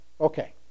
okay